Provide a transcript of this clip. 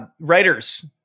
writers